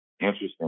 Interesting